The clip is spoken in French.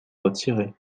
retiré